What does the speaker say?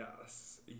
Yes